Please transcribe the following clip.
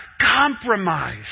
compromise